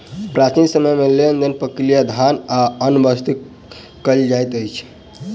प्राचीन समय में लेन देन प्रक्रिया धान आ अन्य वस्तु से कयल जाइत छल